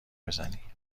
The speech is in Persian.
بزنی